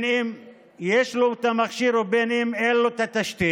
אם יש לו את המכשיר ואין לו את התשתית,